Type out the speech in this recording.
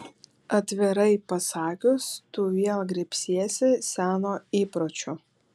atvirai pasakius tu vėl griebsiesi seno įpročio